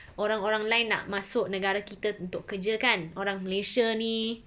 orang orang lain nak masuk negara kita untuk kerja kan orang malaysia ni